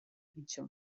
kito